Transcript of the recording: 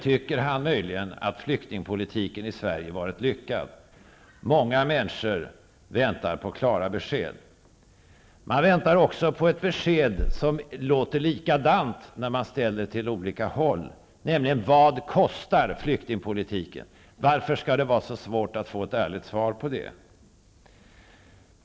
Tycker han möjligen att flyktingpolitiken i Sverige har varit lyckad? Många människor väntar på klara besked. Folk väntar också på ett besked på frågan som låter likadant när man ställer den på olika håll, nämligen vad flyktingpolitiken kostar. Varför skall det vara så svårt att få ett ärligt svar på det?